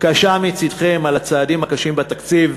קשה מצדכם על הצעדים הקשים בתקציב,